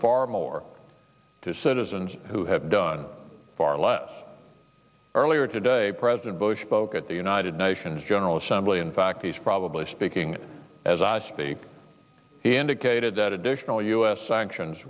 far more to citizens who have done far less earlier today president bush spoke at the united nations general assembly in fact he's probably speaking as i speak he indicated that additional u s sanctions